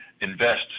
invest